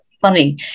funny